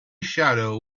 shadow